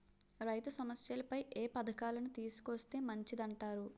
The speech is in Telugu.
రైతు సమస్యలపై ఏ పథకాలను తీసుకొస్తే మంచిదంటారు?